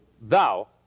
thou